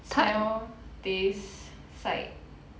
smell taste sight